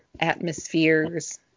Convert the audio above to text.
atmospheres